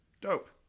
dope